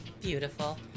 Beautiful